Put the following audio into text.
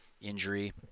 injury